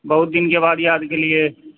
बहुत दिनकेँ बाद याद कयलियै